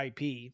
IP